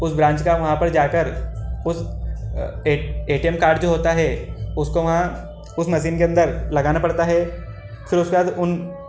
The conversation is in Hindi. उस ब्रांच का वहाँ पर जाकर उस A A T M card जो होता है उसको वहाँ उस मशीन के अंदर लगाना पड़ता है फिर उसके बाद उन